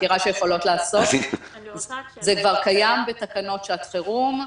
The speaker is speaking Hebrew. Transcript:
זה כבר קיים בתקנות שעת חירום,